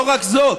לא רק זאת,